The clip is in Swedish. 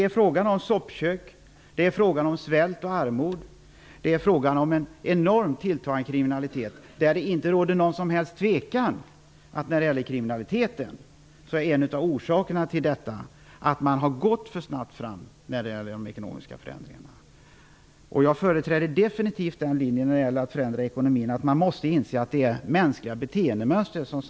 Där finns soppkök, svält, armod och en enormt tilltagande kriminalitet. Det är inget tvivel om att en av orsakerna till kriminaliteten är att man har gått för snabbt fram med de ekonomiska förändringarna. Jag företräder den linjen, när det gäller att förändra ekonomin, som inser att ekonomin sammanhänger med mänskliga beteendemönster.